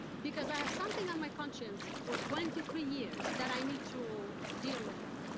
because i have something on my conscience for twenty three years that i need to deal with her.